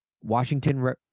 Washington